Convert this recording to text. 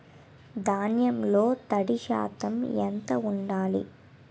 ధాన్యంలో తడి శాతం ఎంత ఉండాలి?